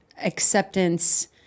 acceptance